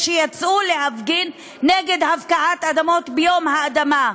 יצאו להפגין נגד הפקעת אדמות ביום האדמה,